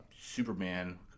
superman